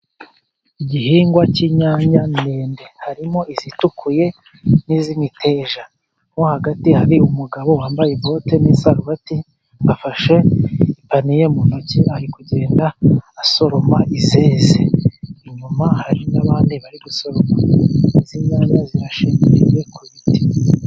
Igihingwa cy'inyanya ndende, harimo izitukuye n'iz'imiteja, nko hagati hari umugabo wambaye bote n'isarubati, afashe ipaniye mu ntoki ari kugenda asoroma izeze, inyuma hari n'abandi bari gusoroma, izi nyanya zirashingiriye ku biti.